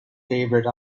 favourite